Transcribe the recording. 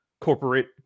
corporate